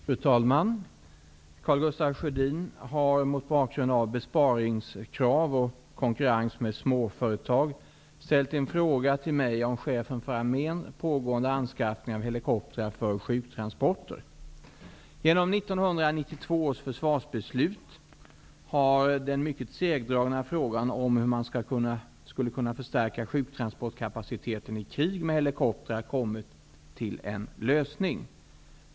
Fru talman! Karl Gustaf Sjödin har -- mot bakgrund av besparingskrav och konkurrens med småföretag -- ställt en fråga till mig om Chefens för armén pågående anskaffning av helikoptrar för sjuktransporter. Genom 1992 års försvarsbeslut har den mycket segdragna frågan om hur man skulle kunna förstärka sjuktransportkapaciteten i krig med helikopter kommit till en lösning.